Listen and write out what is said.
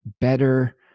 better